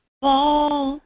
fall